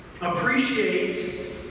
appreciate